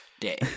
day